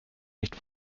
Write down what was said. nicht